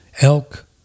Elk